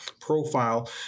profile